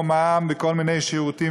כמו מע"מ בכל מיני שירותים,